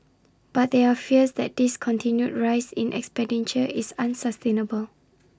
but there are fears that this continued rise in expenditure is unsustainable